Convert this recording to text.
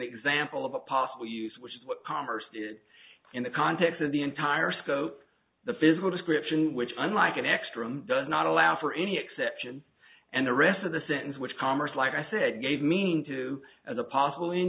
example of a possible use which is what commerce is in the context of the entire scope of the physical description which unlike an extreme does not allow for any exception and the rest of the sentence which commerce like i said gave mean to as a possible in